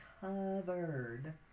covered